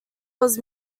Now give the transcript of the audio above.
was